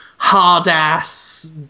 hard-ass